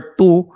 two